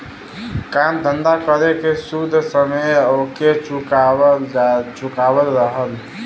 काम धंधा कर के सूद समेत ओके चुकावत रहलन